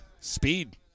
speed